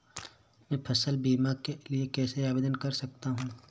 मैं फसल बीमा के लिए कैसे आवेदन कर सकता हूँ?